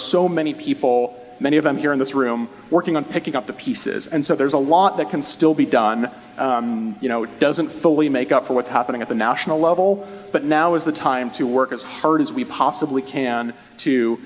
so many people many of them here in this room working on picking up the pieces and so there's a lot that can still be done you know it doesn't fully make up for what's happening at the national level but now is the time to work as hard as we possibly can to